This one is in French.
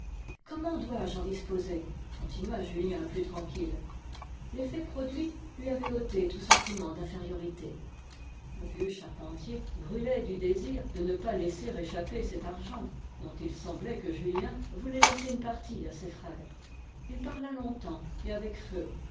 comment dois-je en disposer continua julien plus tranquille l'effet produit lui avait ôté tout sentiment d'infériorité le vieux charpentier brûlait du désir de ne pas laisser échapper cet argent dont il semblait que julien voulait laisser une partie à ses frères il parla longtemps et avec feu